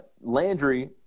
Landry